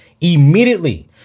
immediately